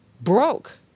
Broke